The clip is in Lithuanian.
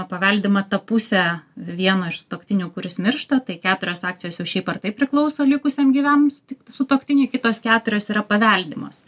paveldima ta pusė vieno iš sutuoktinių kuris miršta tai keturios akcijos jau šiaip ar taip priklauso likusiam gyvam sutik sutuoktiniui kitos keturios yra paveldimos